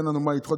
אין לנו מה לדחות,